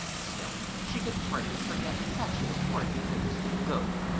still, she could hardly forget such an important thing as the goat.